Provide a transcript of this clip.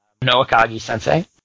Noakagi-sensei